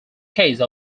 case